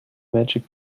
magic